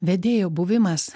vedėjo buvimas